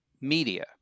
media